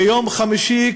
ביום חמישי,